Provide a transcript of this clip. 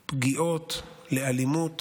לפגיעות, לאלימות